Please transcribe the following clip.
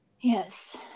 Yes